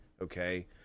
Okay